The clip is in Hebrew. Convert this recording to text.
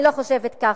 אני לא חושבת ככה.